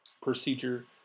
procedure